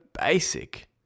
basic